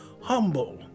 humble